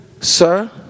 sir